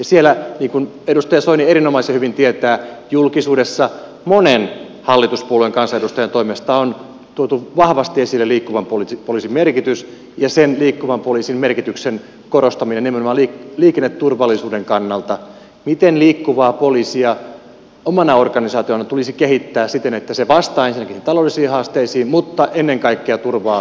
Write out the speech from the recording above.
siellä niin kuin edustaja soini erinomaisen hyvin tietää julkisuudessa monen hallituspuolueen kansanedustajan toimesta on tuotu vahvasti esille liikkuvan poliisin merkitys ja sen liikkuvan poliisin merkityksen korostaminen nimenomaan liikenneturvallisuuden kannalta miten liikkuvaa poliisia omana organisaationa tulisi kehittää siten että se vastaa ensinnäkin taloudellisiin haasteisiin mutta ennen kaikkea turvaa samanaikaisesti myöskin liikenneturvallisuuden